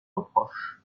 reproche